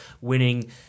winning